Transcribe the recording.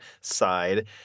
side